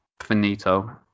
Finito